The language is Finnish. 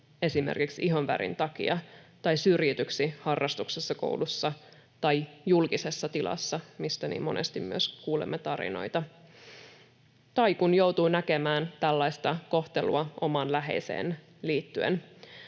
esimerkiksi oman ihonvärin takia tai syrjityksi harrastuksessa, koulussa tai julkisessa tilassa, mistä niin monesti myös kuulemme tarinoita, tai kun joutuu näkemään tällaista kohtelua omaan läheiseen liittyen.